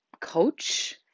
coach